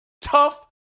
tough